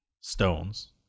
Stones